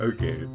Okay